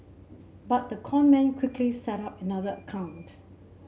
but the con man quickly set up another account